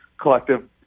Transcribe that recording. collective